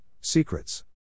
Secrets